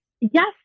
yes